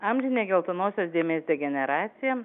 amžinė geltonosios dėmės degeneracija